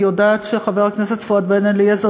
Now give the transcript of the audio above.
אני יודעת שחבר הכנסת פואד בן-אליעזר,